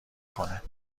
کنه